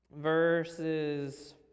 verses